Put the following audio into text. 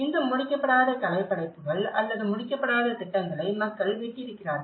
இந்த முடிக்கப்படாத கலைப்படைப்புகள் அல்லது முடிக்கப்படாத திட்டங்களை மக்கள் விட்டிருக்கிறார்கள்